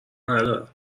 ندارم